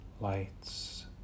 lights